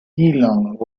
geelong